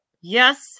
Yes